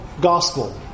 gospel